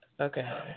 okay